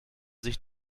sich